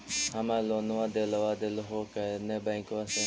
हमरा लोनवा देलवा देहो करने बैंकवा से?